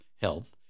health